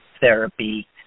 therapy